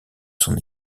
son